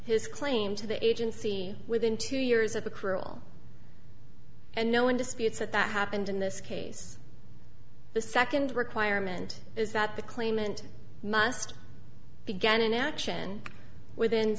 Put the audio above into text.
his claim to the agency within two years of accrual and no one disputes that that happened in this case the second requirement is that the claimant must began an action within